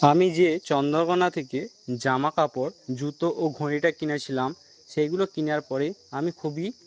আমি যে চন্দ্রকোনা থেকে জামাকাপড় জুতো ও ঘড়িটা কিনেছিলাম সেইগুলো কিনার পরে আমি খুবই